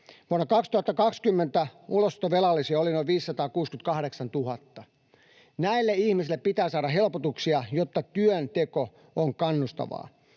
Vuonna 2020 ulosottovelallisia oli noin 568 000. Näille ihmisille pitää saada helpotuksia, jotta työnteko on kannustavaa.